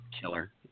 killer